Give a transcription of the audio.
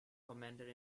commander